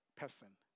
person